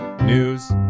News